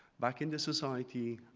back in the society,